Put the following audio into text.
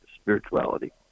spirituality